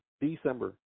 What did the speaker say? December